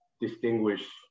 distinguish